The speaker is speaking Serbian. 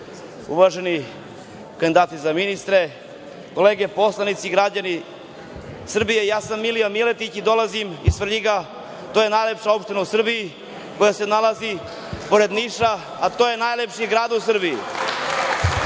Brnabić, kandidati za ministre, kolege poslanici, građani Srbije, ja sam Milija Miletić i dolazim iz Svrljiga. To je najlepša opština u Srbiji koja se nalazi pored Niša, a to je najlepši grad u Srbiji.